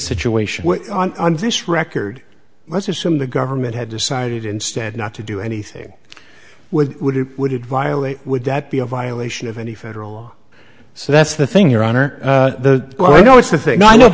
situation on this record let's assume the government had decided instead not to do anything with would it would violate would that be a violation of any federal law so that's the thing your honor the well i know it's the thing i know